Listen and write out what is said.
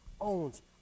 owns